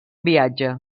viatge